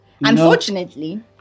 Unfortunately